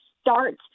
start